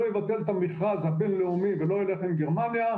אבטל את המכרז הבין-לאומי ולא אלך עם גרמניה,